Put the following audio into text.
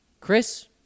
Chris